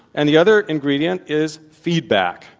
and the other ingredient is feedback.